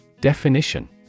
Definition